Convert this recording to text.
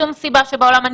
שום סיבה שבעולם,